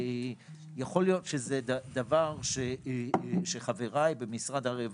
יכול להיות שזה דבר שחבריי במשרד הרווחה,